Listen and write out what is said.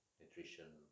nutrition